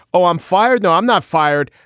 oh, i'm fired now. i'm not fired.